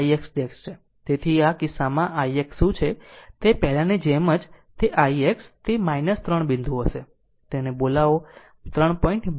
તેથી આ કિસ્સામાં ix શું છે તે પહેલાંની જેમ તે ix તે 3 બિંદુ હશે તેને બોલાવો 3